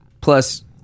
Plus